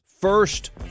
first